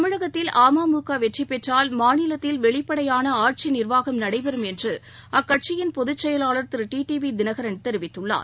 தமிழகத்தில் அம்முக வெற்றி பெற்றால் மாநிலத்தில் வெளிப்படையான ஆட்சி நிர்வாகம் நடைபெறும் என்று அக்கட்சியின் பொதுச் செயலாளர் Thiru T T V Dhinakaran தெரிவித்துள்ளார்